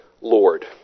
lord